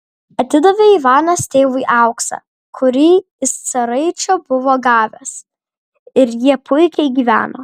atidavė ivanas tėvui auksą kurį iš caraičio buvo gavęs ir jie puikiai gyveno